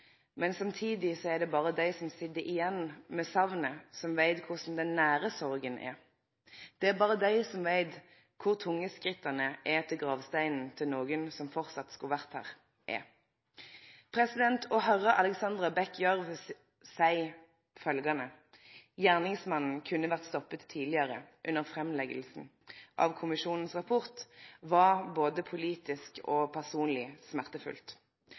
Men samtidig er det berre dei som sit igjen med saknet som veit korleis den nære sorga er. Det er berre dei som veit kor tunge skritta er til gravsteinen til nokon som framleis skulle vore her. Å høyre Alexandra Bech Gjørv seie under framlegginga av kommisjonen sin rapport at gjerningsmannen kunne vore stoppa tidlegare var både politisk og personleg smertefullt.